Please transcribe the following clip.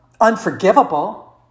unforgivable